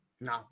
no